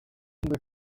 ugomba